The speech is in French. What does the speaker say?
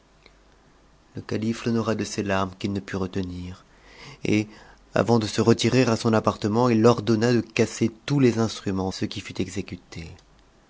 le calife l'honora de ses larmes qu'il ne put retenir et avant de se retirer à son appartement il ordonna de casser tous les instruments ce qui fut exécuté